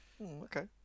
okay